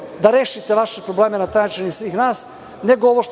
da rešite vaše probleme na taj način i svih nas, nego ovo što